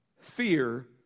Fear